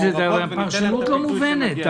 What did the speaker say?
זו פרשנות לא מובנת.